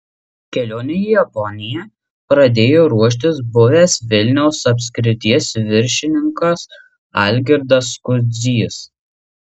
kelionei į japoniją pradėjo ruoštis buvęs vilniaus apskrities viršininkas algirdas kudzys